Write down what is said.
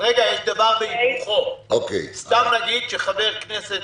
היה ואותו חבר כנסת